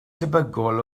debygol